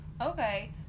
Okay